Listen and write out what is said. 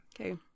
Okay